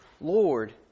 Lord